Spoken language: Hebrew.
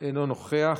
אינו נוכח.